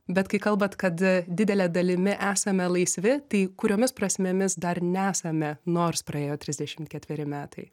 bet kai kalbat kad didele dalimi esame laisvi tai kuriomis prasmėmis dar nesame nors praėjo trisdešim ketveri metai